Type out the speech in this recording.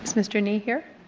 mr. nie here?